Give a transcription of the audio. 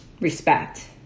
respect